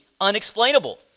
unexplainable